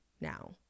now